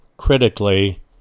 Critically